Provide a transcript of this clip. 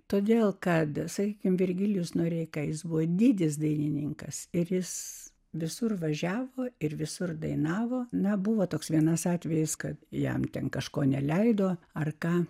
todėl kad sakykime virgilijus noreika jis buvo didis dainininkas ir jis visur važiavo ir visur dainavo nebuvo toks vienas atvejis kad jam ten kažko neleido ar ką